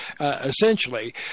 essentially